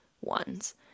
ones